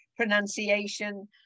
pronunciation